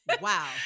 Wow